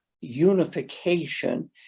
unification